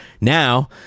now